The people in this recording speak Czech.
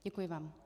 Děkuji vám.